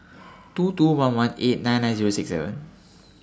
two two one one eight nine nine Zero six seven